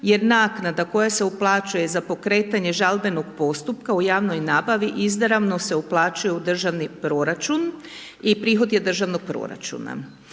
jer naknada koja se uplaćuje za pokretanje žalbenog postupka u javnoj nabavi izrazno se uplaćuju u državni proračun i prihod je državnog proračuna.